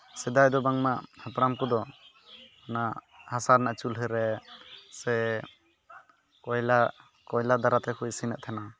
ᱥᱮᱫᱟᱭ ᱫᱚ ᱵᱟᱝᱢᱟ ᱦᱟᱯᱲᱟᱢ ᱠᱚᱫᱚ ᱚᱱᱟ ᱦᱟᱥᱟ ᱨᱮᱱᱟᱜ ᱪᱩᱞᱦᱟᱹᱨᱮ ᱥᱮ ᱠᱚᱭᱞᱟ ᱠᱚᱭᱞᱟᱫᱟᱨᱟᱭ ᱛᱮᱠᱚ ᱤᱥᱤᱱᱮᱫ ᱛᱟᱦᱮᱱᱟ